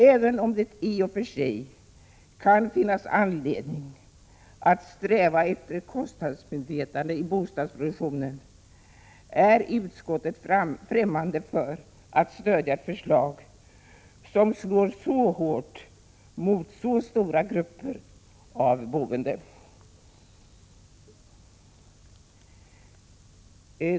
Även om det i och för sig kan finnas anledning att sträva efter ett ökat kostnadsmedvetande i bostadsproduktionen är utskottet främmande för att stödja ett förslag som slår så hårt mot så stora grupper av de boende.